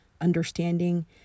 understanding